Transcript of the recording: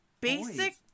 basic